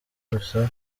gusa